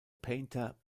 painter